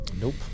Nope